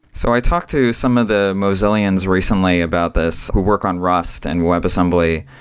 so i talked to some of the mozillians recently about this, who work on rust and webassembly,